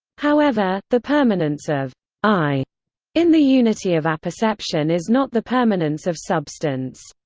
however, the permanence of i in the unity of apperception is not the permanence of substance.